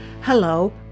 Hello